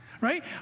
right